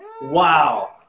Wow